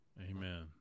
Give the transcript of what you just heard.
Amen